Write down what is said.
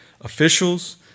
officials